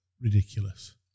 Ridiculous